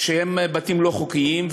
שהם בתים לא חוקיים,